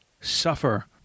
suffer